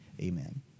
Amen